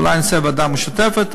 אולי נעשה ועדה משותפת,